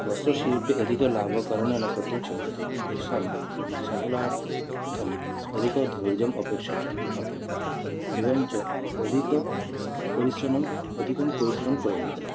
वस्त्रशिल्पे अधिकलाभकरणं न कर्तुं शक्यते तेषां सफलार्थम् अधिकधैर्यम् अपेक्ष्यते प्रथमतः एवं च अधिकपरिश्रमः अधिकः परिश्रमः करणीयः